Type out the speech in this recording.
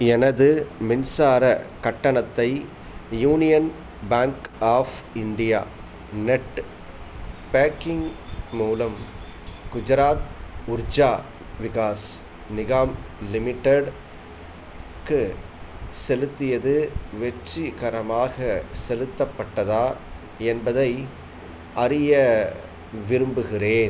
எனது மின்சாரக் கட்டணத்தை union bank of India net banking மூலம் குஜராத் உர்ஜா விகாஸ் நிகாம் லிமிடெட்டுக்கு செலுத்தியது வெற்றிகரமாக செலுத்தப்பட்டதா என்பதை அறிய விரும்புகிறேன்